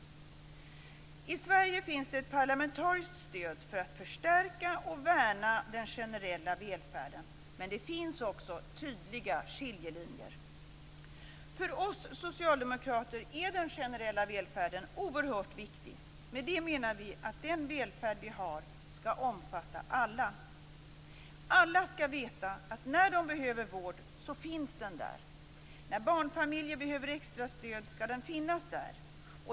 I Sverige finns det ett parlamentariskt stöd för att förstärka och värna den generella välfärden. Men det finns också tydliga skiljelinjer. För oss socialdemokrater är den generella välfärden oerhört viktig. Med det menar vi att den välfärd vi har skall omfatta alla. Alla skall veta att när de behöver vård så finns den där. När barnfamiljer behöver extra stöd skall det finnas där.